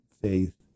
faith